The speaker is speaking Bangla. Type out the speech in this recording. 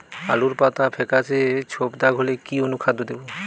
আলুর পাতা ফেকাসে ছোপদাগ হলে কি অনুখাদ্য দেবো?